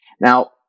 Now